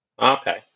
Okay